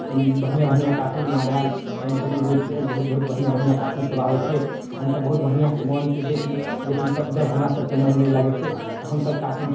बढ़िऑं बढ़िऑं काटुन आर आयल तनी तनी गो चै बहुत बढ़िऑं बढ़िऑं काटुन सब आबै छै तऽ हमसब बहुत बढ़िऑं से मोन से देखली देखली तब जब हमरा सबके मोन नहि लागै छै तऽ हमसब काटुन